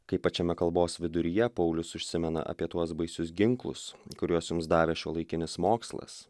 kai pačiame kalbos viduryje paulius užsimena apie tuos baisius ginklus kuriuos jums davė šiuolaikinis mokslas